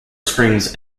springs